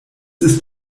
ist